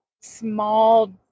small